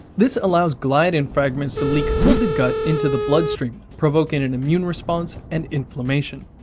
this allows gliadin fragments to leak through the gut into the bloodstream, provoking an immune response and inflammation.